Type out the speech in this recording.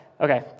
okay